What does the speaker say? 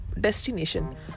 destination